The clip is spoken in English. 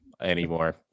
anymore